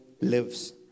lives